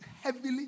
heavily